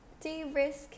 de-risk